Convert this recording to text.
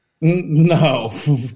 No